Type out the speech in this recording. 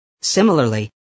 Similarly